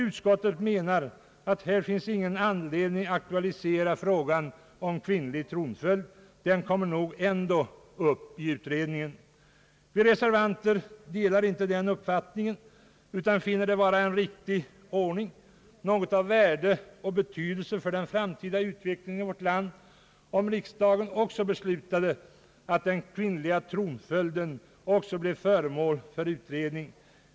Utskottet menar att det fördenskull inte finns någon anledning att aktualisera frågan om kvinnlig tronföljd — den kommer nog ändå upp i utredningen. Vi reservanter delar inte denna uppfatining utan finner det vara en riktig ordning och någonting av värde och betydelse för den framtida utvecklingen i vårt land, om riksdagen beslutade att också frågan om kvinnlig tronföljd blev föremål för utredning.